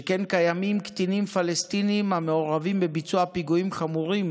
שכן קיימים קטינים פלסטינים המעורבים בביצוע פיגועים חמורים